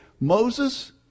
Moses